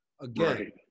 Again